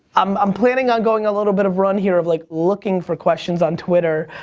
um i'm planning on going a little bit of run here of like looking for questions on twitter.